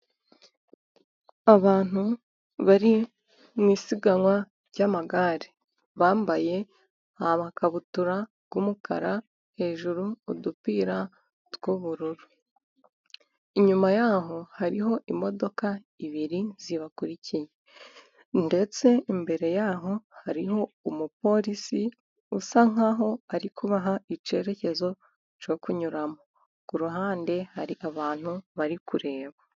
Abantu bari mu isiganwa ry'amagare, bambaye amakabutura y'umukara hejuru udupira tw'ubururu, inyuma yaho hariho imodoka ebyiri zibakurikiye, ndetse imbere yaho hariho umupolisi usa nk'aho ari kubaha icyerekezo cyo kunyuramo, ku ruhande hari abantu bari kureba.